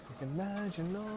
Imagine